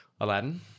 Aladdin